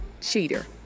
cheater